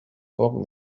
book